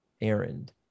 errand